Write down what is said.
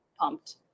pumped